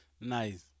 Nice